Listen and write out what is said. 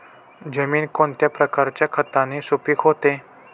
जमीन कोणत्या प्रकारच्या खताने सुपिक होते?